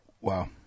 Wow